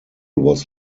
was